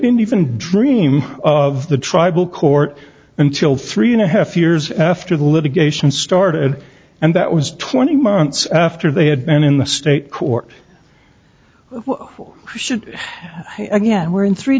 didn't even dream of the tribal court until three and a half years after the litigation started and that was twenty months after they had been in the state court or should again where in three